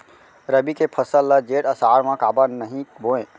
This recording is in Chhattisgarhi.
रबि के फसल ल जेठ आषाढ़ म काबर नही बोए?